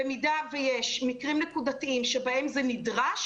במידה שיש מקרים נקודתיים שבהם זה נדרש